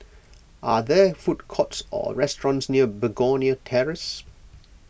are there food courts or restaurants near Begonia Terrace